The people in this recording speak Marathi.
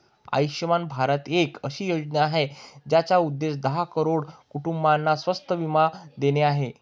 आयुष्यमान भारत एक अशी योजना आहे, ज्याचा उद्देश दहा करोड कुटुंबांना स्वास्थ्य बीमा देणे आहे